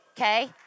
okay